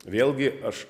vėlgi aš